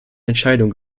entscheidung